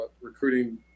recruiting